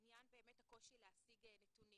לעניין באמת הקושי להשיג נתונים.